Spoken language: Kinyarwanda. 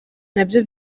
nabyo